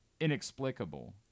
inexplicable